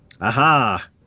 Aha